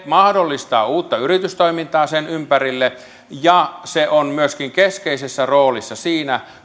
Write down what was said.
mahdollistaa uutta yritystoimintaa sen ympärille ja se on myöskin keskeisessä roolissa siinä